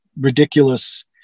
ridiculous